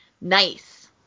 nice